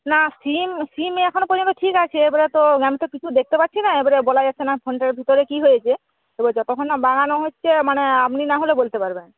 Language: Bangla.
না সিম সিম এখনও পর্যন্ত ঠিক আছে এবারে তো আমি তো কিছু দেখতে পাচ্ছি না এবারে বলা যাচ্ছে না ফোনটার ভিতরে কি হয়েছে তো যতক্ষণ না হচ্ছে মানে আপনি নাহলে বলতে পারবেন